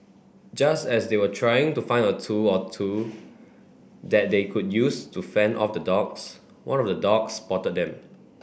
just as they were trying to find a tool or two that they could use to fend off the dogs one of the dogs spotted them